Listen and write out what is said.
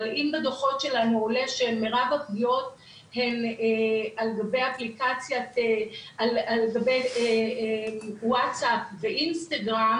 אבל אם בדוחות שלנו עולה שמירב הפגיעות הן על גבי וואטסאפ ואינסטגרם